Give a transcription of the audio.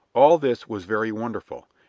all this was very wonderful,